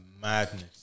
madness